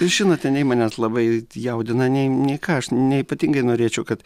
žinote nei manęs labai jaudina nei ką aš neypatingai norėčiau kad